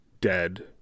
dead